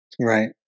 right